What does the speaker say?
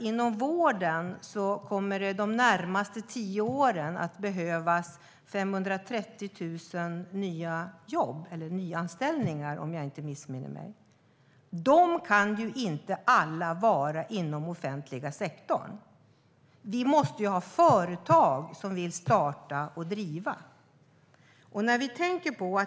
Inom vården kommer det att behövas 530 000 nyanställningar de närmaste tio åren, om jag inte missminner mig. De kan inte vara så att alla dessa ska ske inom den offentliga sektorn. Vi måste ha människor som vill starta och driva företag.